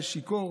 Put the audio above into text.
היה שיכור,